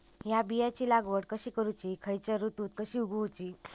हया बियाची लागवड कशी करूची खैयच्य ऋतुत कशी उगउची?